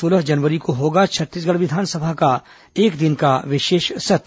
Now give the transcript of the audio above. सोलह जनवरी को होगा छत्तीसगढ़ विधानसभा का एक दिन का विशेष सत्र